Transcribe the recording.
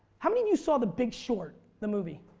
how many of you saw the big short the movie?